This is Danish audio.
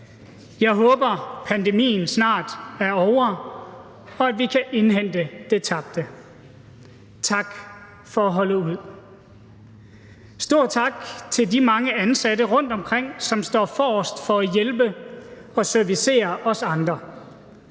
Jeg håber, at pandemien snart er ovre, og at vi kan indhente det tabte. Tak for at holde ud. Stor tak til de mange ansatte rundtomkring, som står forrest for at hjælpe og servicere os andre: